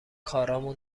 کارامون